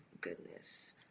goodness